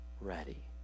ready